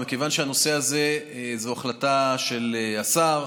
מכיוון שהנושא הזה הוא החלטה של השר,